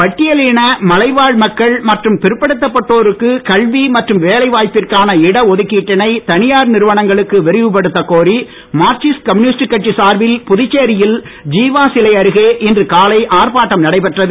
பட்டியலின மலைவாழ் மக்கள் மற்றும் பிற்படுத்தப் பட்டோருக்கு கல்வி மற்றும் வேலை வாய்ப்பிற்கான இட ஒதுக்கீட்டினை தனியார் நிறுவனங்களுக்கு விரிவு படுத்தக்கோரி மார்க்சிஸ்ட் கம்யூனிஸ்ட் கட்சி சார்பில் புதுச்சேரியில் ஜீவா சிலை அருகே இன்று காலை ஆர்ப்பாட்டம் நடைபெற்றது